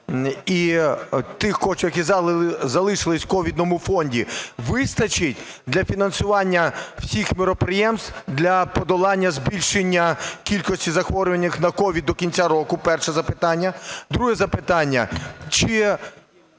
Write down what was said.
коштів, які залишилися в ковідному фонді, вистачить для фінансування всіх міроприємств для подолання збільшення кількості захворювань на COVID до кінця року? Перше запитання. Друге запитання.